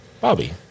Bobby